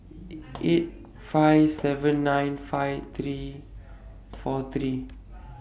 eight five nine seven five three four three